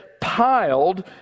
piled